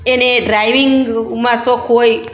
એને ડ્રાઇવિંગમાં શોખ હોય